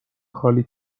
خالی